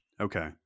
okay